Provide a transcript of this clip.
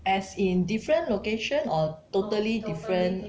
as in different location or totally different